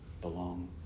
belong